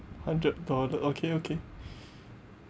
hundred dollar okay okay